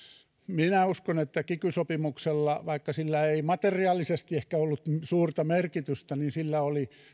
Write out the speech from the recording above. minä uskon että kiky sopimuksella vaikka sillä ei materiaalisesti ehkä ollut suurta merkitystä oli